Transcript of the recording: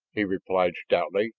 he replied stoutly,